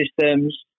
systems